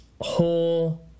whole